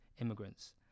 immigrants